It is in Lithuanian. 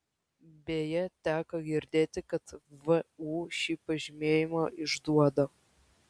beje teko girdėti kad vu šį pažymėjimą išduoda